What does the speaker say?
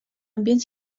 ambients